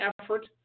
effort